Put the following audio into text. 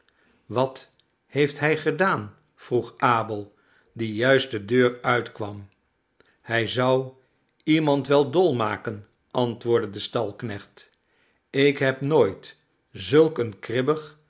wat heeft hij gedaan vroeg abel die juist de deur uitkwam hij zou iemand wel dol maken antwoordde de stalknecht ik heb nooit zulk een kribbig